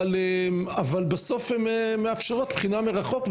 אבל בסוף הן מאפשרות בחינה מרחוק,